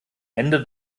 ende